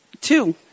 Two